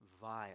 vile